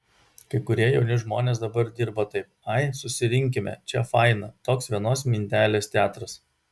kai kurie jauni žmonės dabar dirba taip ai susirinkime čia faina toks vienos mintelės teatras